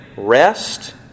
rest